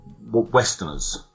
Westerners